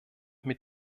mit